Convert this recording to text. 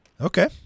Okay